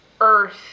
earth